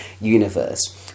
universe